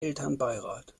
elternbeirat